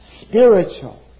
spiritual